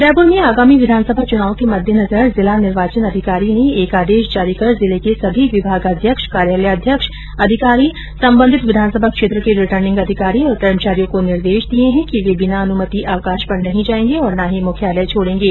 उदयपुर में आगामी विधानसभा चुनाव के मद्देनजर जिला निर्वाचन अधिकारी ने एक आदेश जारी कर जिले के सभी विभागाध्यक्ष कार्यालयाध्यक्ष अधिकारी संबंधित विधानसभा क्षेत्र के रिटर्निंग अधिकारी और कर्मचारियों को निर्देश दिये है कि वे बिना अनुमति अवकाश पर नहीं जायेंगे और न ही मुख्यालय छोडेंगे